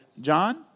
John